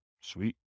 Sweet